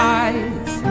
eyes